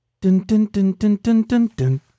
Dun-dun-dun-dun-dun-dun-dun